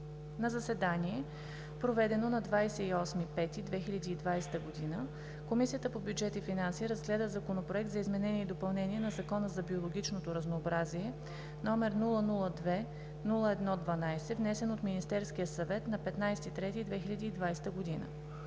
На заседание, проведено на 28 май 2020 г., Комисията по бюджет и финанси разгледа Законопроект за изменение и допълнение на Закона за биологичното разнообразие, № 002-01-12, внесен от Министерския съвет на 5 март 2020 г.